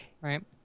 Right